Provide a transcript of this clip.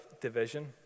division